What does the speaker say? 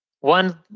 One